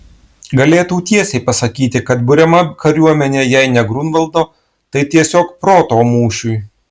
galėtų tiesiai pasakyti kad buriama kariuomenė jei ne griunvaldo tai tiesiog proto mūšiui